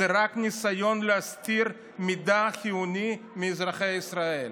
זה רק ניסיון להסתיר מידע חיוני מאזרחי ישראל.